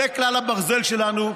זה כלל הברזל שלנו,